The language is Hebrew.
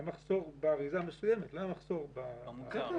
היה מחסור באריזה מסוימת לא היה מחסור בחלב.